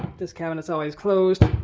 this cabinets always closed.